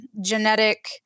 genetic